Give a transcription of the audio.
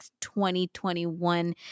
2021